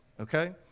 okay